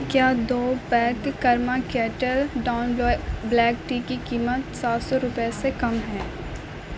کیا دو pack Karma Kettle ڈان بلیک ٹی کی قیمت سات سو روپئے سے کم ہے